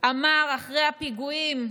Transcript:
אמר אחרי הפיגועים: